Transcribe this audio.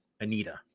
Anita